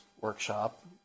workshop